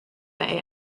bay